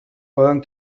poden